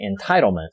entitlement